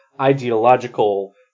ideological